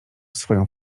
swoją